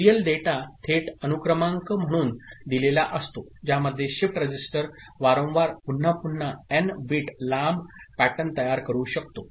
serial data थेट अनुक्रमांक म्हणून दिलेला असतो ज्यामध्ये शिफ्ट रजिस्टर वारंवार पुन्हा पुन्हा एन बीट लांब पॅटर्न तयार करू शकतो